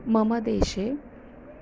मम देशे